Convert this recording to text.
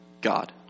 God